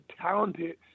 talented